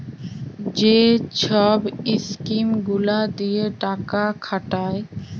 যে ছব ইস্কিম গুলা দিঁয়ে টাকা খাটায়